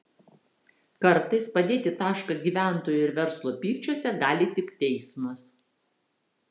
kartais padėti tašką gyventojų ir verslo pykčiuose gali tik teismas